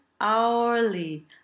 hourly